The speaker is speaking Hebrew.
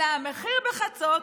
אלא המחיר בחצות,